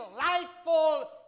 delightful